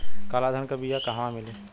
काला धान क बिया कहवा मिली?